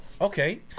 okay